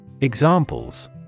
Examples